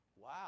Wow